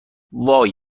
وای